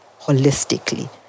holistically